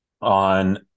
on